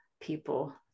people